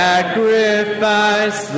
Sacrifice